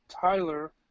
Tyler